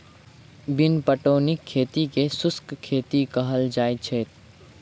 बिन पटौनीक खेती के शुष्क खेती कहल जाइत छै